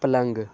پلنگ